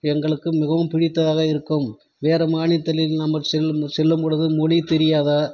எங்களுக்கு மிகவும் பிடித்ததாக இருக்கும் வேறு மாநித்தல் நம்மள் செல்லும்ம செல்லும்பொழுது மொழி தெரியாதா